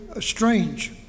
strange